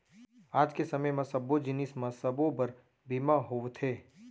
आज के समे म सब्बो जिनिस म सबो बर बीमा होवथे